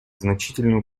значительную